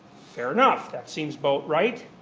fair enough. that seems about right.